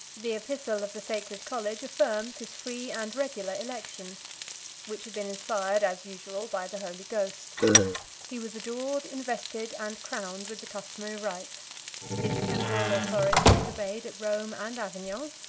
the epistle of the sacred college affirms his free, and regular, election which had been inspired, as usual, by the holy ghost he was adored, invested, and crowned, with the customary rites his temporal authority was obeyed at rome and avignon,